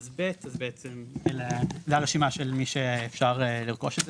אז ב' אז בעצם זה הרשימה של מי שאפשר לרכוש את זה